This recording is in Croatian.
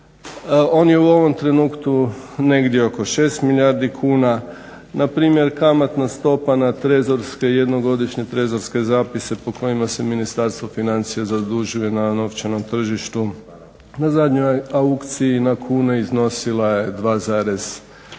On je u ovom trenutku negdje oko 6 milijardi kuna. Na primjer kamatna stopa na trezorske jednogodišnje trezorske zapise po kojima se Ministarstvo financija zadužuje na novčanom tržištu na zadnjoj aukciji na kune iznosila je 2,49%